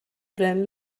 pren